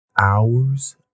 hours